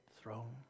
throne